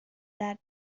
that